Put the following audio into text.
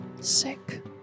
Sick